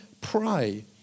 pray